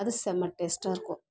அது செம டேஸ்ட்டாக இருக்கும்